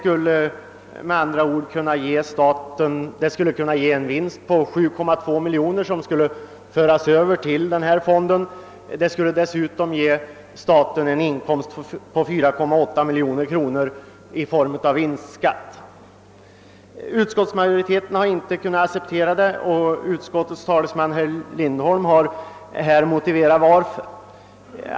Ett sådant lotteri skulle ge minst 7,2 miljoner kronor till fonden för idrottens främjande. Dessutom skulle det ge staten en inkomst på 4,8 miljoner kronor i form av vinstskatt. Utskottsmajoriteten har inte kunnat acceptera detta förslag, och utskottets talesman herr Lindholm har angett skälen härför.